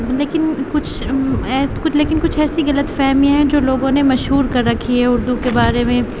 لیکن کچھ لیکن کچھ ایسی غلط فہمیاں ہیں جو لوگوں نے مشہور کر رکھی ہے اردو کے بارے میں